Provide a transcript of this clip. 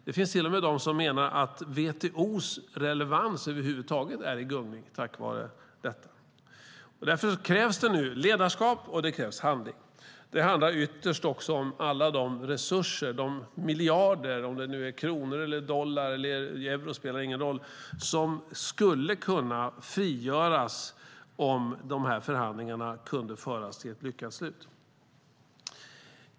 Det finns till och med de som menar att WTO:s relevans över huvud taget är i gungning på grund av detta. Därför krävs nu ledarskap och handling. Det handlar ytterst om alla de resurser och miljarder - om det nu är kronor, dollar eller euro spelar ingen roll - som skulle kunna frigöras om förhandlingarna kunde föras till ett lyckat slut.